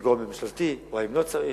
מגורם ממשלתי או לא צריך.